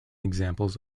examples